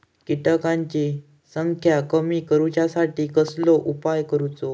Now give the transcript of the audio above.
किटकांची संख्या कमी करुच्यासाठी कसलो उपाय करूचो?